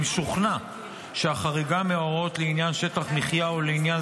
אם שוכנע שהחריגה מההוראות לעניין שטח מחיה או לעניין